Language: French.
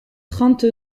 trente